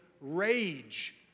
rage